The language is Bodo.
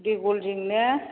देगलजों ने